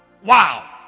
Wow